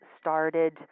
started